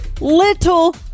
little